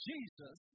Jesus